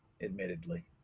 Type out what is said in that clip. admittedly